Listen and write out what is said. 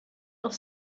auf